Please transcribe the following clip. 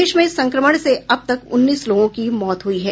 देश में इस संक्रमण से अब तक उन्नीस लोगों की मौत हुई है